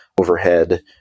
overhead